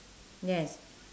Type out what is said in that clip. yes